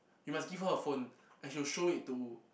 he must give her a phone and he will show it to